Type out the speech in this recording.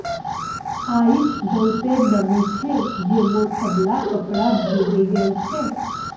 आइज बहुते नमी छै जे मोर सबला कपड़ा भींगे गेल छ